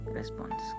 response